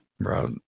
bro